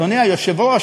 אדוני היושב-ראש,